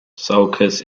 sulcus